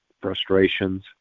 frustrations